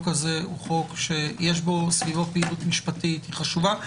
הזה יש סביבו פעילות משפטית חשובה.